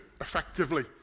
effectively